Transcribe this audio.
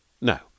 No